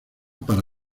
para